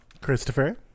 Christopher